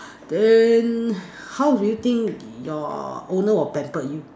then how do you think your owner will pamper you